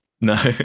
No